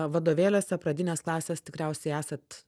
vadovėliuose pradinės klasės tikriausiai esat